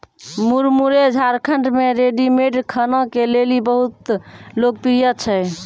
मुरमुरे झारखंड मे रेडीमेड खाना के लेली बहुत लोकप्रिय छै